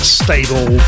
stable